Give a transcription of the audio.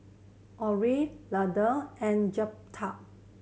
Orrie Landon and Jeptha